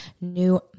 new